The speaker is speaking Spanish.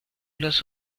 los